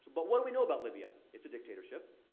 but what we know about libya it's a dictatorship.